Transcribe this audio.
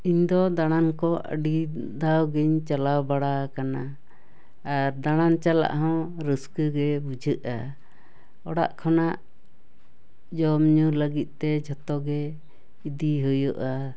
ᱤᱧ ᱫᱚ ᱫᱟᱬᱟᱱ ᱠᱚ ᱟᱹᱰᱤ ᱫᱷᱟᱣ ᱜᱮᱧ ᱪᱟᱞᱟᱣ ᱵᱟᱲᱟ ᱟᱠᱟᱱᱟ ᱟᱨ ᱫᱟᱬᱟᱱ ᱪᱟᱞᱟᱜ ᱦᱚᱸ ᱨᱟᱹᱥᱠᱟᱹ ᱜᱮ ᱵᱩᱡᱷᱟᱹᱜᱼᱟ ᱚᱲᱟᱜ ᱠᱷᱚᱱᱟᱜ ᱡᱚᱢᱼᱧᱩ ᱞᱟᱹᱜᱤᱫ ᱛᱮ ᱡᱚᱛᱚ ᱜᱮ ᱤᱫᱤ ᱦᱩᱭᱩᱜᱼᱟ